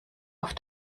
auf